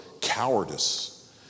cowardice